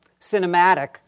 cinematic